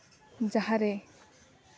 ᱡᱟᱦᱟᱸᱨᱮ